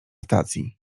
stacji